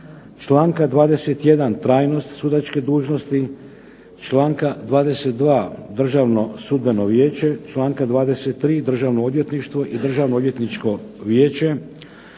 članka 21. trajnost sudačke dužnosti, članka 22. Državno sudbeno vijeće, članka 23. Državno odvjetništvo i Državno odvjetničko vijeće,